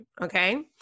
Okay